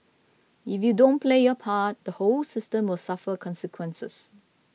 if you don't play your part the whole system will suffer consequences